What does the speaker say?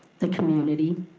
the community,